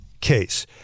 case